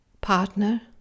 partner